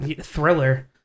thriller